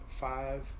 five